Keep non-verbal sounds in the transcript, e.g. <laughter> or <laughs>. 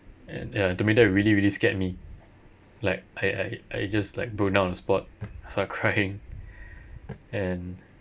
and ya to me that really really scared me like I I I just like broke down on spot started crying <laughs> and